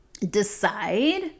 decide